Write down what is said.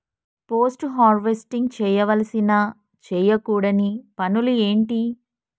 Post harvesting చేయవలసిన చేయకూడని పనులు ఏంటి?